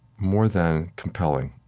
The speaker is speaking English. more than compelling,